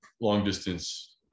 long-distance